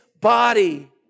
body